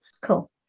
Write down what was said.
cool